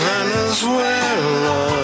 Venezuela